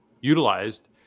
utilized